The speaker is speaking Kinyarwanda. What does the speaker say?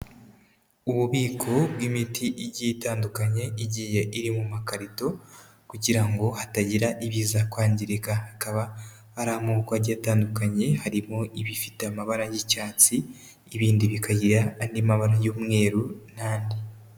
Ububiko bw'imiti igiye itandukanye, igiye iri mu makarito kugira ngo hatagira ibiza kwangirika. Hakaba hari amoko agiye atandukanye, harimo ibifite amabara y'icyatsi, ibindi bikagira andi mabara y'umweru n'andi.